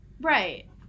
right